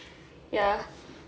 ya